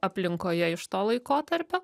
aplinkoje iš to laikotarpio